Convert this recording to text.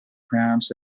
pronounced